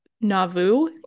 Nauvoo